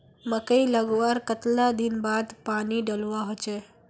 मकई लगवार कतला दिन बाद पानी डालुवा होचे?